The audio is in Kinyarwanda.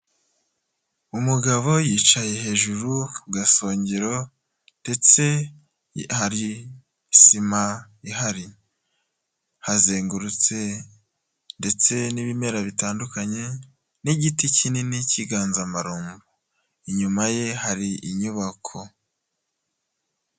Umugabo yicaye hejuru ku gasongero ndetse hari isima ihari. Hazengurutse ndetse n'ibimera bitandukanye n'igiti kinini cy'inganzamarumbo. Inyuma ye hari inyubako.